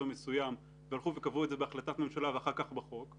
מסוים והלכו וקבעו את זה בהחלטת ממשלה ואחר כך בחוק,